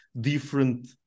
different